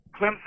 Clemson